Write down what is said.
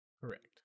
Correct